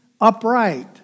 upright